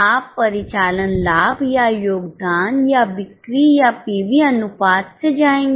आप परिचालन लाभ या योगदान या बिक्री या पीवी अनुपात से जाएंगे